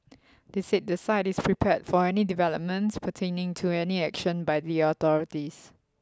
they said the site is prepared for any developments pertaining to any action by the authorities